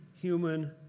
human